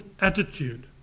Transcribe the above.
attitude